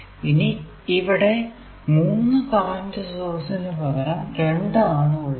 ഇനി ഇവിടെ 3 കറന്റ് സോഴ്സിന് പകരം 2 ആണ് ഉള്ളത്